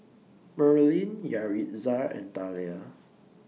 Merlin Yaritza and Thalia